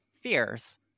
fears